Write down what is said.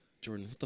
Jordan